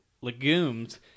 legumes